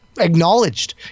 acknowledged